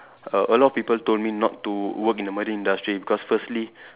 err a lot of people told me not to work in the marine industry because firstly